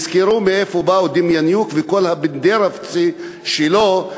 תזכרו מאיפה באו דמיאניוק וכל ה"בַּנדֵרוֹבְצֶה" שלו,